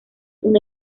una